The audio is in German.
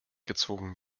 gezogen